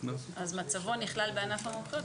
אז מצבו נכלל בענף המומחיות,